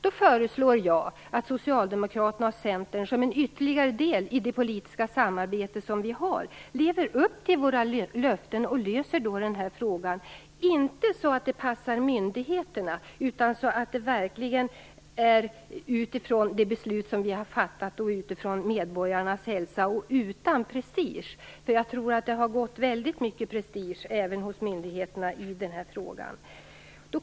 Därför föreslår jag att Socialdemokraterna och Centern som en ytterligare del i det politiska samarbete vi har, lever upp till våra löften och löser frågan - inte så att det passar myndigheterna utan verkligen utifrån det beslut vi har fattat, utifrån medborgarnas hälsa och utan prestige. Jag tror att det har gått väldigt mycket prestige även hos myndigheterna i den här frågan.